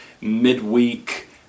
Midweek